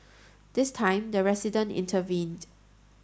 this time the resident intervened